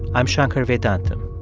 i'm shankar vedantam.